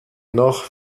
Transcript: noch